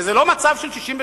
וזה לא המצב של 67',